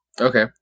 Okay